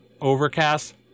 Overcast